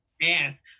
Yes